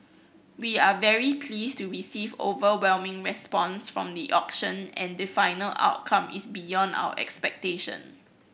we are very pleased to receive overwhelming response from the auction and the final outcome is beyond our expectation